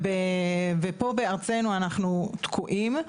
ופה בארצנו אנחנו תקועים,